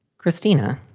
christina,